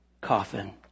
coffin